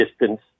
distance